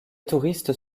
touristes